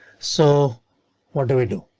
so what do we do?